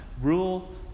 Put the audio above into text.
rule